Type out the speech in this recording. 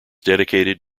dedicated